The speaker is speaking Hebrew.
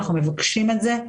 אנחנו מבקשים את זה,